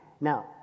Now